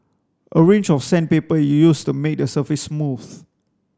a range of sandpaper is used to make the surface smooth